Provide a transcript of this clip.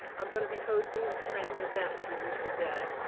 i'm going to be hosting this training event for you today,